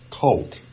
cult